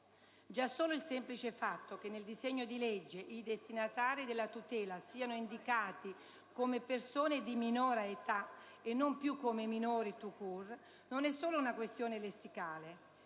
Già solo il semplice fatto che nel disegno di legge i destinatari della tutela siano indicati come persone di minore età, e non più come minori *tout court*, non è solo una questione lessicale.